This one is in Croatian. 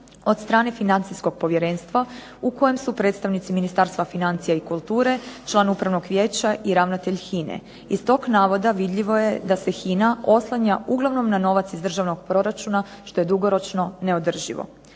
od strane financijskog povjerenstva u kojem su predstavnici Ministarstva financija i kulture, član upravnog vijeća i ravnatelj HINA-e. iz toga navoda vidljivo je da se HINA oslanja uglavnom na novac iz državnog proračuna što je dugoročno neodrživo.